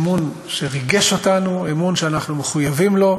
אמון שריגש אותנו, אמון שאנחנו מחויבים לו.